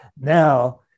now